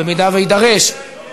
במידה שיידרש,